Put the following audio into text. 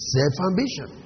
Self-ambition